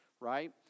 right